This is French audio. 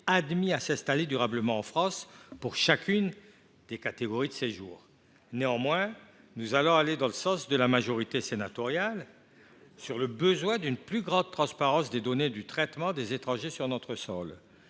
admis à s’installer durablement en France pour chacune des catégories de séjour. Néanmoins, nous convergeons avec la majorité sénatoriale sur la nécessité d’une plus grande transparence dans les données de traitement des étrangers sur notre sol.